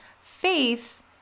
faith